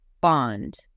bond